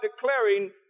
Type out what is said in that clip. declaring